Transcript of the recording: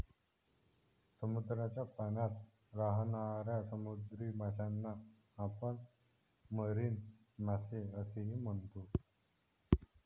समुद्राच्या पाण्यात राहणाऱ्या समुद्री माशांना आपण मरीन मासे असेही म्हणतो